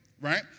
right